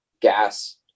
gas